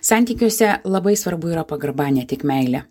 santykiuose labai svarbu yra pagarba ne tik meilė